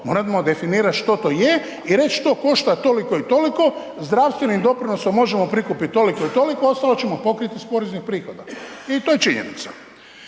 moramo definirati što to je i reći to košta toliko i toliko, zdravstvenim doprinosom možemo prikupiti toliko i toliko, ostalo ćemo pokriti iz poreznih prihoda i to je činjenica.